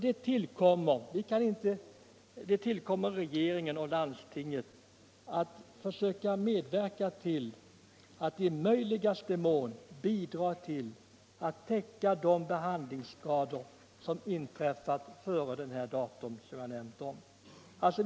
Det tillkommer regeringen och landstingen att i möjligaste mån bidra till ersättning för de behandlingsskador som inträffat före det datum jag nämnt.